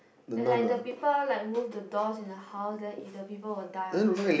that like the people like move the doors in the house and then if the people will die or something